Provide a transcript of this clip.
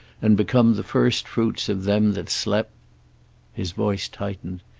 and become the first fruits of them that slept his voice tightened.